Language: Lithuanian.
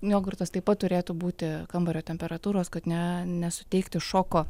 jogurtas taip pat turėtų būti kambario temperatūros kad ne nesuteikti šoko